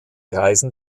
reisen